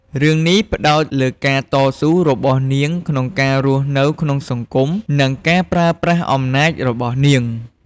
រឿងនេះផ្ដោតលើការតស៊ូរបស់នាងក្នុងការរស់នៅក្នុងសង្គម និងការប្រើប្រាស់អំណាចរបស់នាង។